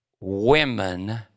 women